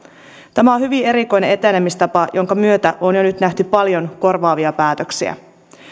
tämä on hyvin erikoinen etenemistapa jonka myötä on jo nyt nähty paljon korvaavia päätöksiä